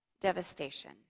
devastation